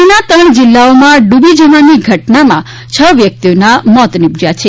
રાજ્યના ત્રણ જિલ્લાઓમાં ડૂબી જવાની ઘટનામાં છ વ્યક્તિઓના મોત થયા છે